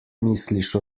misliš